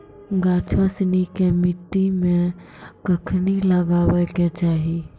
गाछो सिनी के मट्टी मे कखनी लगाबै के चाहि?